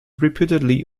reputedly